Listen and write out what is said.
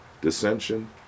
dissension